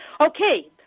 Okay